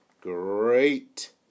great